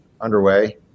underway